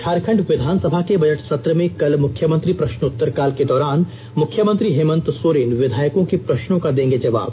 झारखंड विधानसभा के बजट सत्र में कल मुख्यमंत्री प्रष्नोत्तर काल के दौरान मुख्यमंत्री हेमंत सोरेन विधायकों के प्रष्नों का देंगे जवाब